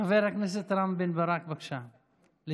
חבר הכנסת רם בן ברק, בבקשה לסכם,